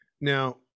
Now